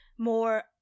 more